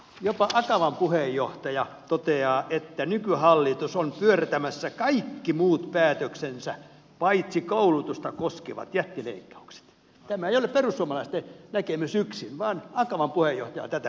jopa akavan puheenjohtaja toteaa että nykyhallitus on pyörtämässä kaikki muut päätöksensä paitsi koulutusta koskevat jättileikkaukset tämä ei ole perussuomalaisten näkemys yksin vaan akavan puheenjohtaja on tätä mieltä